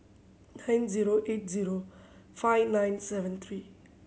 nine zero eight zero five nine seven three